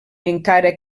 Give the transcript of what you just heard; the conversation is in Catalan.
encara